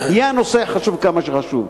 יהיה הנושא חשוב כמה שחשוב.